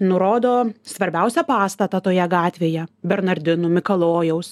nurodo svarbiausią pastatą toje gatvėje bernardinų mikalojaus